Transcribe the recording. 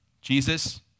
Jesus